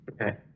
Okay